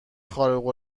خارق